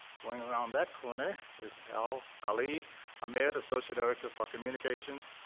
going around that corner is al ali um and associate director for communications.